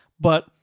But-